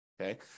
okay